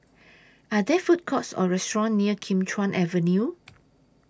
Are There Food Courts Or restaurants near Kim Chuan Avenue